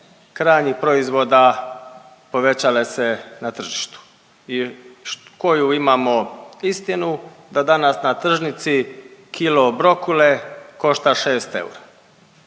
krajnjih proizvoda povećale se na tržištu i koju imamo istinu? Da danas na tržnici kilo brokule košta 6 eura